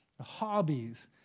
hobbies